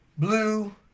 Blue